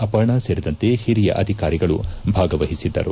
ಅಪರ್ಣ ಸೇರಿದಂತೆ ಹಿರಿಯ ಅಧಿಕಾರಿಗಳು ಭಾಗವಹಿಸಿದ್ಗರು